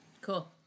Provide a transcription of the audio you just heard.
Cool